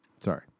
Sorry